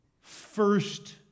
first